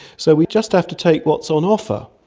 so we just have to take what's on offer.